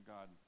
God